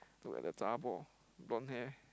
look at the zha-bor blonde hair